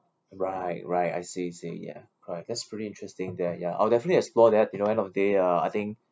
right right I see I see ya correct that's pretty interesting there ya I'll definitely explore that you know end of day uh I think